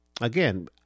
Again